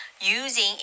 using